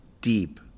deep